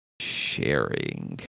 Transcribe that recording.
sharing